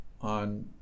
on